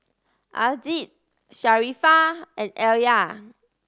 Aziz Sharifah and Alya